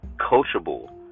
coachable